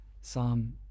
Psalm